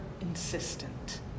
insistent